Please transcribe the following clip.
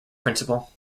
principle